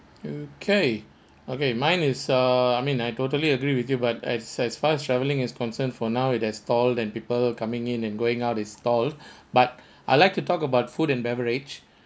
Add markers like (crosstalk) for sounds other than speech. okay okay mine is err I mean I totally agree with you but as as far as traveling is concern for now with their stall and people coming in and going out this stall (breath) but (breath) I like to talk about food and beverage